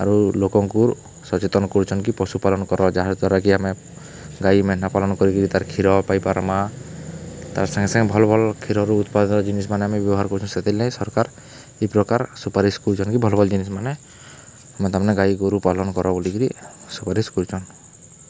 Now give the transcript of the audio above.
ଆରୁ ଲୋକଙ୍କୁ ସଚେତନ କରୁଛନ୍ କି ପଶୁପାଳନ କର ଯାହାଦ୍ୱାରା କିି ଆମେ ଗାଈ ମେଣ୍ଢା ପାଳନ କରିକିରି ତା'ର କ୍ଷୀର ପାଇପାର୍ମା ତା'ର୍ ସାଙ୍ଗେ ସାଙ୍ଗେ ଭଲ୍ ଭଲ୍ କ୍ଷୀରରୁ ଉତ୍ପାଦନର ଜିନଷ୍ ମାନେ ଆମେ ବ୍ୟବହାର୍ କରୁଛନ୍ ସେଥିପାଇଁ ସରକାର ଏଇ ପ୍ରକାର୍ ସୁପାରିଶ୍ କରୁଛନ୍ କି ଭଲ୍ ଭଲ୍ ଜିନିଷ୍ ମାନେ ଆମେ ତମେ ଗାଈ ଗୋରୁ ପାଳନ୍ କର ବୋଲିକିରି ସୁପାରିଶ୍ କରୁଛନ୍